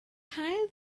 haul